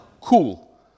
cool